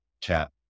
chat